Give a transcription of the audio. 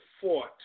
fought